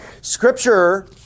Scripture